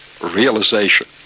realization